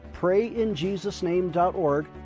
PrayInJesusName.org